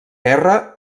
guerra